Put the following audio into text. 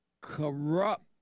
corrupt